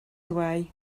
away